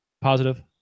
positive